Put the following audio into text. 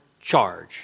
charge